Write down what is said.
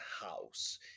house